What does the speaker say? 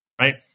right